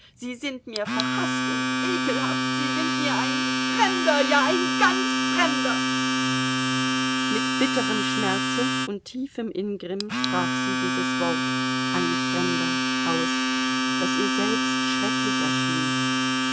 sie sind mir verhaßt und ekelhaft sie sind mir ein fremder ja ein ganz fremder mit bitterem schmerze und tiefem ingrimm sprach sie dieses wort ein fremder aus das ihr selbst schrecklich erschien